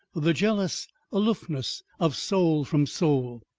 the jealous aloofness of soul from soul.